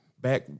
back